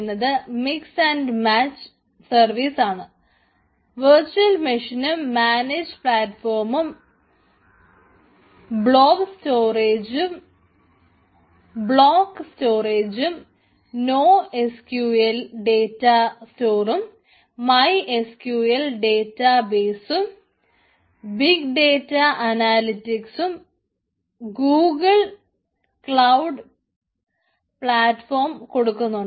എന്നത് mix and match Google cloud platform കൊടുക്കുന്നുണ്ട്